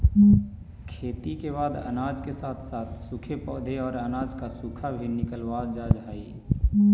खेती के बाद अनाज के साथ साथ सूखे पौधे और अनाज का भूसा भी निकावल जा हई